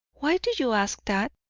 why do you ask that?